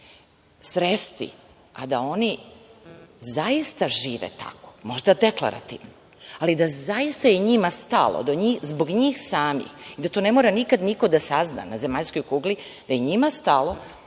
sresti a da oni zaista žive tako. Možda deklarativno. Ali, da je zaista njima stalo, zbog njih samih, da to ne mora nikad niko da sazna na zemaljskoj kugli, da je njima stalo,